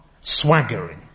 swaggering